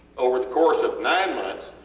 over the course of nine months,